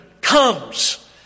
comes